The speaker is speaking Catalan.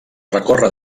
recórrer